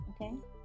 Okay